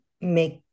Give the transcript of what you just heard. make